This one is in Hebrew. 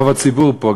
ורוב הציבור פה,